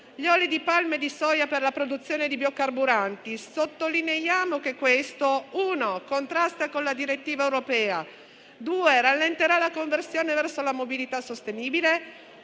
gli oli di palma e di soia per la produzione di biocarburanti. Sottolineiamo che questo, in primo luogo, contrasta con la direttiva europea, in secondo luogo rallenterà la conversione verso la mobilità sostenibile